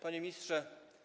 Panie Ministrze!